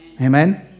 Amen